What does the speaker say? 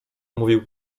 mówił